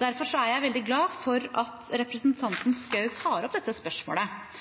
Derfor er jeg veldig glad for at representanten Schou tar opp dette spørsmålet.